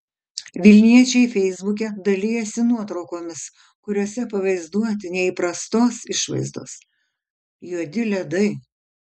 vilniečiai feisbuke dalijasi nuotraukomis kuriose pavaizduoti neįprastos išvaizdos juodi ledai